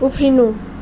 उफ्रिनु